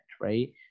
right